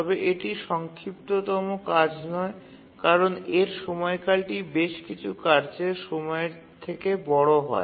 তবে এটি সংক্ষিপ্ততম কাজ নয় কারণ এর সময়কালটি বেশ কিছু কার্যের সময়ের থেকে বড় হয়